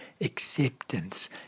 acceptance